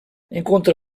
encontre